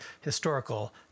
historical